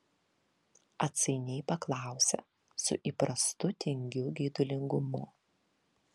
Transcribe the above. atsainiai paklausė su įprastu tingiu geidulingumu